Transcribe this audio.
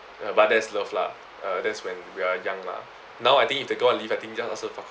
uh but that's love lah uh that's when we're young lah now I think if the girl leave I think just ask her fuck